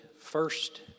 first